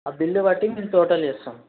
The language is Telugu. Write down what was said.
ఆ బిల్ బట్టి మేము టోటల్ చేస్తాం